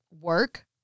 work